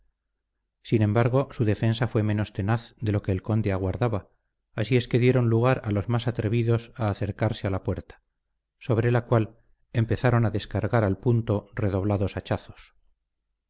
sin embargo su defensa fue menos tenaz de lo que el conde aguardaba así es que dieron lugar a los mas atrevidos a acercarse a la puerta sobre la cual empezaron a descargar al punto redoblados hachazos